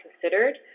considered